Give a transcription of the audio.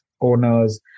owners